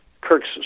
Kirk's